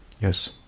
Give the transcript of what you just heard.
Yes